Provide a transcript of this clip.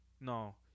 No